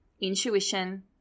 intuition